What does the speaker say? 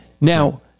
Now